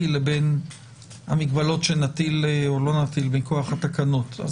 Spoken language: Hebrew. לבין המגבלות שנטיל או לא נטיל מכוח התקנות.